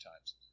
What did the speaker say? times